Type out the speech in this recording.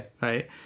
right